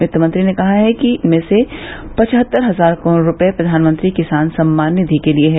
वित्तमंत्री ने कहा कि इसमें से पचहत्तर हजार करोड़ रूपये प्रधानमंत्री किसान सम्मान निधि के लिए है